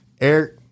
Eric